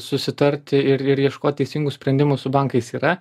susitarti ir ir ieškot teisingų sprendimų su bankais yra